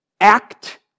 act